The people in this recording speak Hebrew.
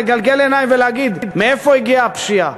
לגלגל עיניים ולהגיד מאיפה הגיעה הפשיעה,